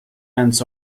ants